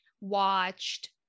watched